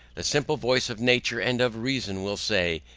the simple voice of nature and of reason will say,